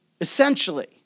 Essentially